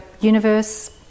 universe